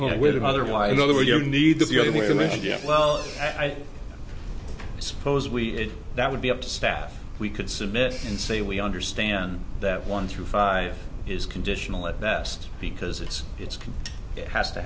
media well i don't suppose we did that would be up to staff we could submit and say we understand that one through five is conditional at best because it's it's can it has to